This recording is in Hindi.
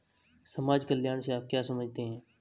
समाज कल्याण से आप क्या समझते हैं?